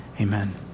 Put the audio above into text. Amen